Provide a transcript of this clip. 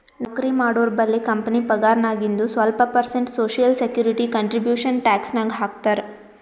ನೌಕರಿ ಮಾಡೋರ್ಬಲ್ಲಿ ಕಂಪನಿ ಪಗಾರ್ನಾಗಿಂದು ಸ್ವಲ್ಪ percent social security contribution tax ನಾಗ್ ಹಾಕ್ತಾರ್